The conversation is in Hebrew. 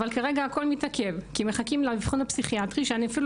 אבל כרגע הכל מתעכב כי מחכים לאבחון הפסיכיאטרי שאני אפילו